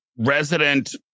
resident